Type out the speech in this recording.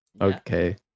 okay